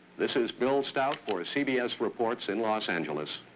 this is bill stout for cbs reports, in los angeles,